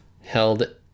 held